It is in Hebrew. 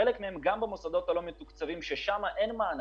חלק מהם לומדים במוסדות הלא מתוקצבים שבהם אין מענקים,